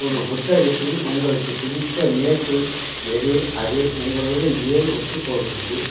ஒரு புத்தகத்தில் உங்களுக்கு பிடித்த மேற்கோள் எது அது உங்களுடன் ஏன் ஒத்துப்போகிறது